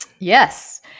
Yes